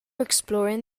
exploring